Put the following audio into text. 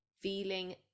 feeling